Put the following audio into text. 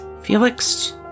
Felix